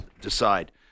decide